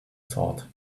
sort